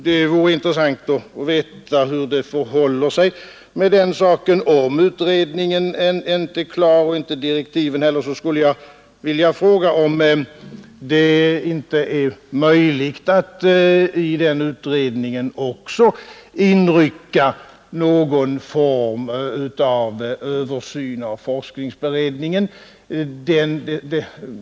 Det vore intressant att veta hur det förhåller sig med den saken. Jag skulle vilja fråga om det är möjligt — om utredningen inte är tillsatt och direktiven inte är klara — att i utredningens uppgifter lägga in också någon form av översyn av forskningsbered ningen.